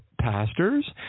pastors